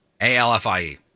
A-L-F-I-E